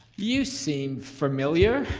you seem familiar,